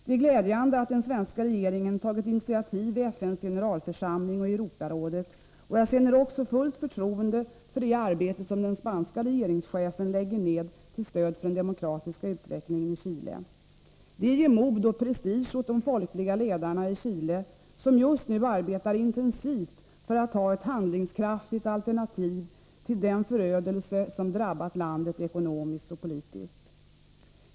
Det är glädjande att den svenska regeringen har tagit initiativ i FN:s generalförsamling och i Europarådet. Jag känner också fullt förtroende för det arbete som den spanska regeringschefen lägger ned till stöd för den demokratiska utvecklingen i Chile. Det ger mod och prestige åt de folkliga ledarna i Chile, som just nu arbetar intensivt för att ha ett handlingskraftigt alternativ till den förödelse som drabbat landet ekonomiskt och politiskt.